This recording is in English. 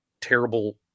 terrible